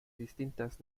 distintas